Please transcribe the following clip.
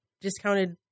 discounted